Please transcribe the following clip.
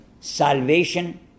salvation